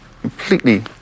completely